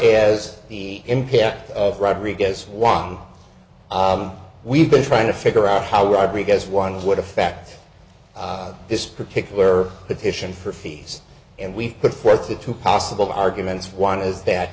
as the impact of rodriguez won we've been trying to figure out how rodriguez ones would affect this particular petition for fees and we've put forth the two possible arguments one is that